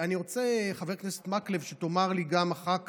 אני רוצה, חבר הכנסת מקלב, שתאמר לי גם אחר כך,